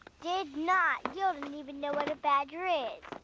did not! you don't even know what a badger is.